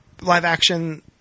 live-action